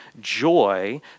joy